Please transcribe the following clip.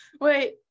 Wait